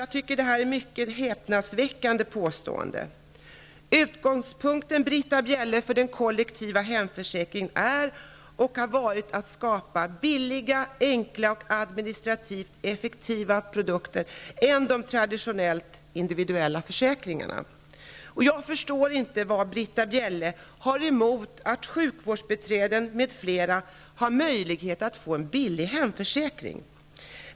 Jag tycker att detta är ett mycket häpnadsväckande påstående. Utgångspunkten, Britta Bjelle, för den kollektiva hemförsäkringen är, och har varit, att skapa billigare, enklare och administrativt effektivare produkter än de traditionellt individuella försäkringarna. Jag förstår inte vad Britta Bjelle har emot att sjukvårdsbiträden m.fl. har möjlighet att få en billig hemförsäkring.